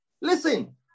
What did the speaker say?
Listen